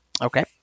Okay